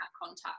contact